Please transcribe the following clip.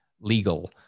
legal